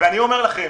ואני אומר לכם